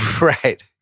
Right